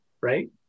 right